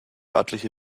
örtliche